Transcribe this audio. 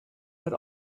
but